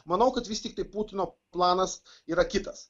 manau kad vis tiktai putino planas yra kitas